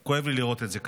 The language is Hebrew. כואב לי לראות את זה ככה.